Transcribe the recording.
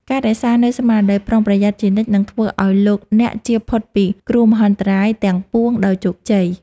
ការរក្សានូវស្មារតីប្រុងប្រយ័ត្នជានិច្ចនឹងធ្វើឱ្យលោកអ្នកជៀសផុតពីគ្រោះមហន្តរាយទាំងពួងដោយជោគជ័យ។